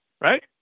Right